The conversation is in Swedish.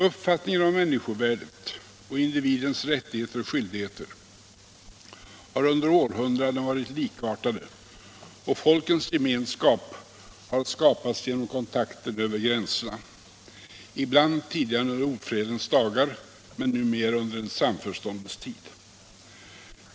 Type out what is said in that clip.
Uppfattningen om människovärdet och individens rättigheter och skyldigheter har under århundraden varit likartad, och folkens gemenskap har skapats genom kontakter över gränserna, ibland tidigare under ofredens dagar men numera under en samförståndets tid.